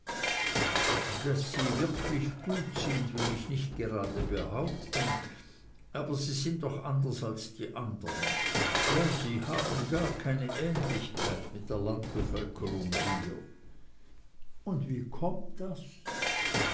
daß sie wirklich gut sind will ich nicht gerade behaupten aber sie sind doch anders als die andern ja sie haben gar keine ähnlichkeit mit der landbevölkerung hier und wie kommt das